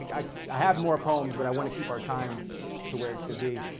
like i have more poems, but i want to keep our time to where it should be.